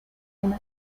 una